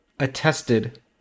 attested